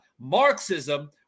Marxism